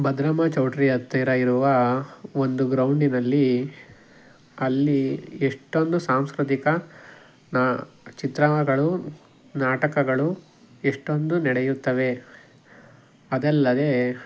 ಭದ್ರಮ್ಮ ಚೌಟ್ರಿ ಹತ್ತಿರ ಇರುವ ಒಂದು ಗ್ರೌಂಡಿನಲ್ಲಿ ಅಲ್ಲಿ ಎಷ್ಟೊಂದು ಸಾಂಸ್ಕ್ರತಿಕ ಚಿತ್ರಣಗಳು ನಾಟಕಗಳು ಎಷ್ಟೊಂದು ನಡೆಯುತ್ತವೆ ಅದಲ್ಲದೇ